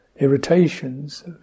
Irritations